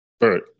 Right